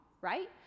right